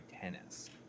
Tennis